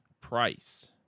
Price